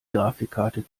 grafikkarte